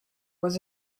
was